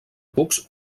cucs